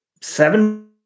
seven